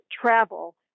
travel